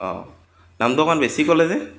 অঁ দামটো অকণমান বেছি ক'লে যে